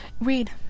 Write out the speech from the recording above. read